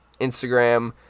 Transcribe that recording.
Instagram